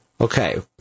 Okay